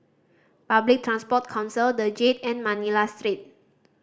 Public Transport Council The Jade and Manila Street